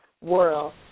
world